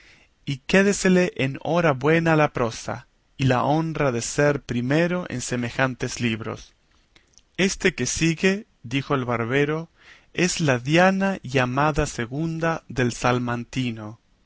y quédesele en hora buena la prosa y la honra de ser primero en semejantes libros éste que se sigue dijo el barbero es la diana llamada segunda del salmantino